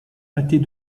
pâtés